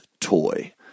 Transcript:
toy